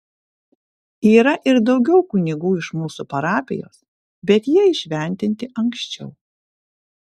yra ir daugiau kunigų iš mūsų parapijos bet jie įšventinti anksčiau